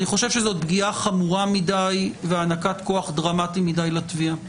אני חושב שזאת פגיעה חמורה מדי והענקת כוח דרמטי מדי לתביעה,